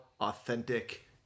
authentic